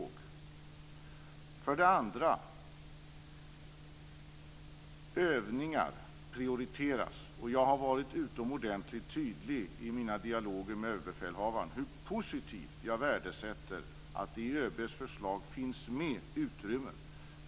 Jag vill också säga att övningar prioriteras. Jag har varit utomordentligt tydlig i mina dialoger med överbefälhavaren när det gäller hur positivt jag värdesätter att det i ÖB:s förslag finns utrymme för detta.